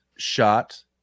Shot